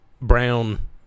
Brown